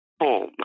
home